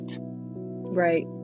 Right